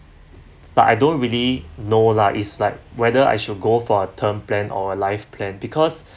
but I don't really know lah is like whether I shall go for a term plan or a life plan because